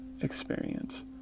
experience